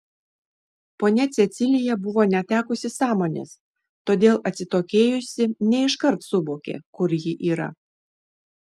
ponia cecilija buvo netekusi sąmonės todėl atsitokėjusi ne iškart suvokė kur ji yra